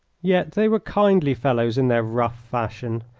yet they were kindly fellows in their rough fashion,